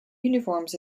uniforms